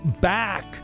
back